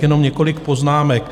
Jenom několik poznámek.